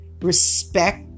respect